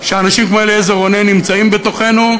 שאנשים כמו אליעזר רונן נמצאים בתוכנו,